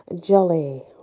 Jolly